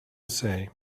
say